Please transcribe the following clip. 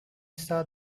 saw